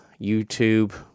YouTube